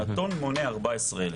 שנתון מונה 14 אלף.